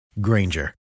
Granger